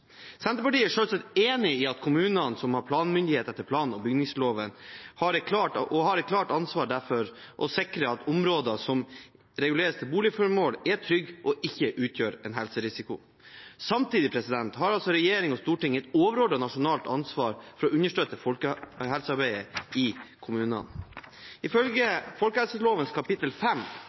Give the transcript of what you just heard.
Senterpartiet er selvsagt enig i at det er kommunene som har planmyndighet etter plan- og bygningsloven, og derfor har et klart ansvar for å sikre at områder som reguleres til boligformål, er trygge og ikke utgjør en helserisiko. Samtidig har regjering og storting et overordnet nasjonalt ansvar for å understøtte folkehelsearbeidet i kommunene. Ifølge folkehelseloven kapittel